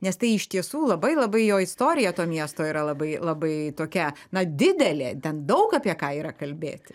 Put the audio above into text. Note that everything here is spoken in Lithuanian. nes tai iš tiesų labai labai jo istorija to miesto yra labai labai tokia na didelė ten daug apie ką yra kalbėti